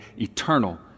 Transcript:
eternal